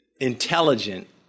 intelligent